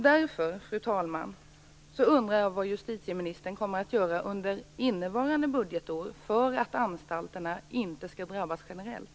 Därför, fru talman, undrar jag vad justitieministern kommer att göra under innevarande budgetår för att anstalterna inte skall drabbas generellt.